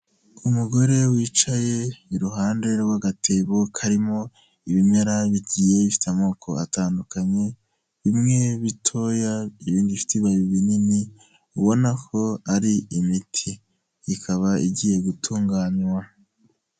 Umugore wicaye iruhande rw'agatebo karimo ibimera bigiye bifite amoko atandukanye, bimwe bitoya, ibindi bifite ibibabi binini, ubona ko ari imiti ikaba igiye gutunganywa.